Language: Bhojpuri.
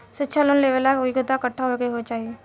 शिक्षा लोन लेवेला योग्यता कट्ठा होए के चाहीं?